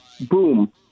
boom